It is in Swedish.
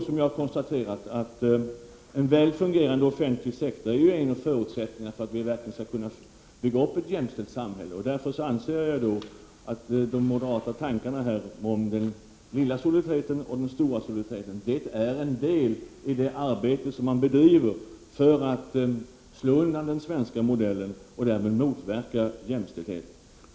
Som jag har konstaterat, är en väl fungerande offentlig sektor en av förutsättningarna för att vi verkligen skall kunna bygga upp ett jämställt samhälle, och därför an ser jag att de moderata tankarna om den lilla och den stora solidariteten är en del av det arbete som moderaterna bedriver för att slå undan den svenska modellen och därmed motverka jämställdhet.